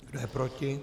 Kdo je proti?